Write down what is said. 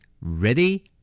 Ready